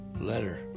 letter